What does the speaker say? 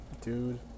dude